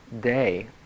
day